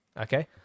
okay